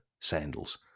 sandals